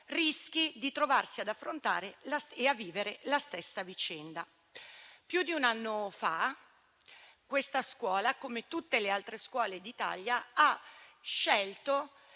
rischi di trovarsi ad affrontare e vivere la stessa vicenda. Più di un anno fa questa scuola, come tutte le altre scuole d'Italia, ha scelto